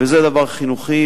וזה דבר חינוכי,